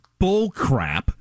bullcrap